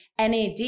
NAD